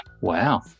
Wow